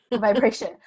Vibration